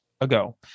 ago